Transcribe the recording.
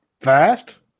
fast